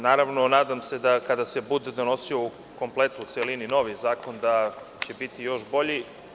Naravno, nadam se da kada se bude donosio u kompletu, u celini novi zakon da će biti još bolji.